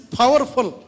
powerful